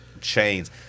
chains